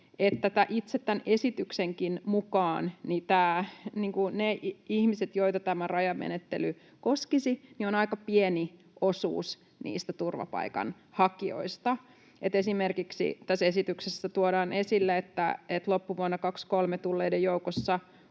että itse tämän esityksenkin mukaan ne ihmiset, joita tämä rajamenettely koskisi, ovat aika pieni osuus niistä turvapaikanhakijoista. Tässä esityksessä tuodaan esille esimerkiksi, että loppuvuonna 23 tulleiden joukossa